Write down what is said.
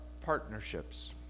partnerships